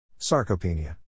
Sarcopenia